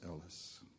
Ellis